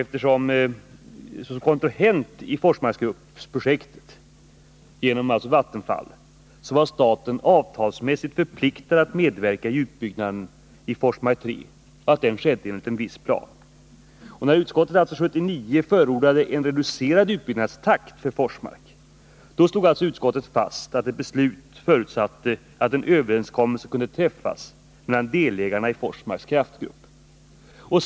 Såsom kontrahent i Forsmarksprojektet, genom Vattenfall, var staten avtalsmässigt förpliktad att medverka i utbyggnaden av Forsmark 3, bl.a. för att den skulle ske enligt en viss plan. När utskottet 1979 förordade en reducerad utbyggnadstakt för Forsmark slog alltså utskottet fast, att ett beslut förutsatte att en överenskommelse kunde träffas mellan delägarna i Forsmarks kraftgrupp.